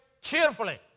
cheerfully